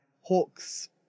hawk's